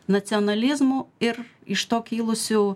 nacionalizmų ir iš to kilusių